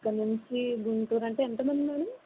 ఇక్కడి నుంచి గుంటూరు అంటే ఎంతమంది మేడం